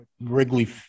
Wrigley –